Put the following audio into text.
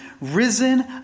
risen